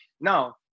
now